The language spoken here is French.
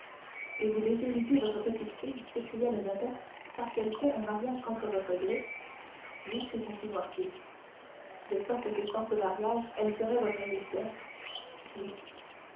et vous déshéritez votre petite-fille s'écria le notaire parce qu'elle fait un mariage contre votre gré oui répondit noirtier de sorte que sans ce mariage elle serait votre héritière oui